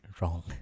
wrong